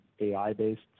AI-based